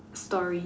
story